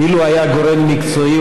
ואילו היה גורם מקצועי,